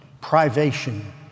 privation